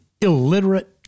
illiterate